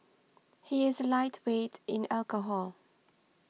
he is a lightweight in alcohol